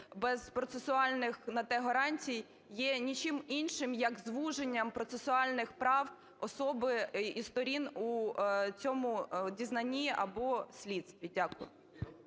без процесуальних на те гарантій є нічим іншим як звуженням процесуальних прав особи і сторін у цьому дізнанні або слідстві. Дякую.